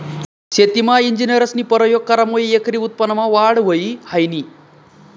शेतीमा इंजिनियरस्नी परयोग करामुये एकरी उत्पन्नमा वाढ व्हयी ह्रायनी